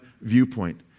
viewpoint